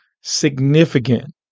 significant